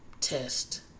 test